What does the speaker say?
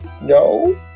No